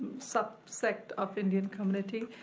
subsect of indian community,